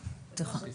אם הוא לא